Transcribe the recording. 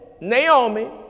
naomi